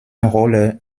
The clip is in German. rolle